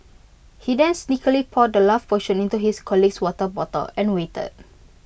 he then sneakily poured the love potion into his colleague's water bottle and waited